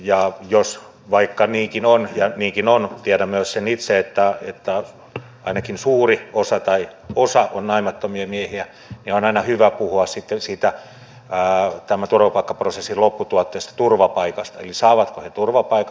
ja vaikka niinkin on ja niinkin on tiedän myös sen itse että ainakin suuri osa tai osa on naimattomia miehiä niin on aina hyvä puhua sitten siitä tämän turvapaikkaprosessin lopputuotteesta turvapaikasta eli saavatko he turvapaikan